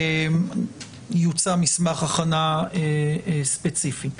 יוצא מסמך הכנה ספציפי.